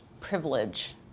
privilege